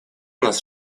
нас